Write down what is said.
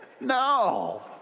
No